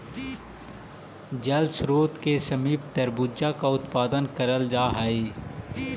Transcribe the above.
जल स्रोत के समीप तरबूजा का उत्पादन कराल जा हई